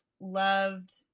loved